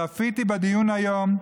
צפיתי בדיון היום,